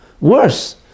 Worse